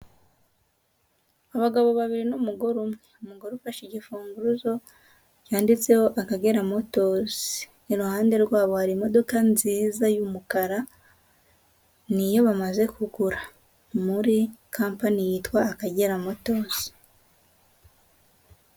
Abagabo babiri n'umugore umwe, umugore ufashe igifunguzo cyanditseho Akagera motozi, iruhande rwabo hari imodoka nziza y'umukara, ni iyo bamaze kugura muri kampani yitwa Akagera motozi.